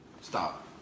Stop